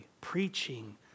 preaching